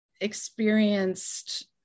experienced